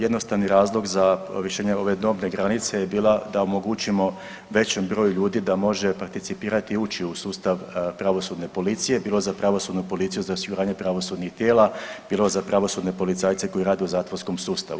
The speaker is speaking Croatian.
Jednostavni razlog za donošenje ove dobne granice je bila da omogućimo većem broju ljudi da može participirati, ući u sustav pravosudne policije bilo za pravosudnu policiju, za osiguranje pravosudnih tijela, bilo za pravosudne policajce koji rade u zatvorskom sustavu.